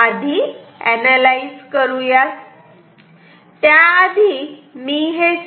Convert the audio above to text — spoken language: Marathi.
त्याआधी मी हे सर्किट कॉपी करतो